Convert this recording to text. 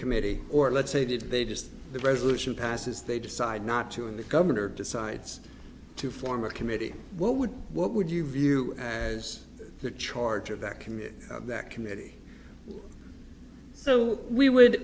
committee or let's say did they just the resolution passes they decide not to and the governor decides to form a committee what would what would you view as the charge of that committee that committee so we would